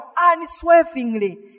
unswervingly